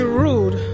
rude